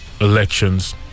elections